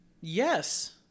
Yes